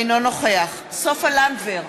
אינו נוכח סופה לנדבר,